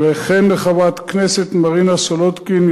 וכן לחברת הכנסת מרינה סולודקין,